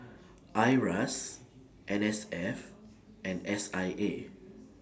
IRAS N S F and S I A